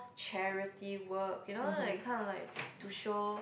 charity work you know that kinda like to show